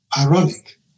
ironic